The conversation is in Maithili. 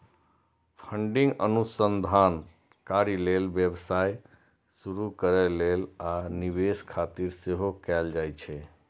फंडिंग अनुसंधान कार्य लेल, व्यवसाय शुरू करै लेल, आ निवेश खातिर सेहो कैल जाइ छै